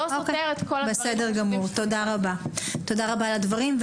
בסדר גמור, תודה רבה על הדברים.